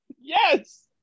Yes